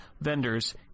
vendors